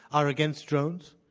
are against drones.